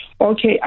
Okay